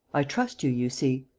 i trust you, you see.